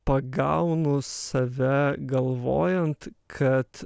pagaunu save galvojant kad